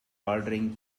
ordering